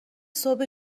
صبح